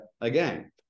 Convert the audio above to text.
again